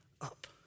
up